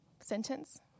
sentence